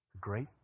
Great